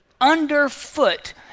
underfoot